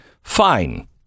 fine